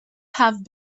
have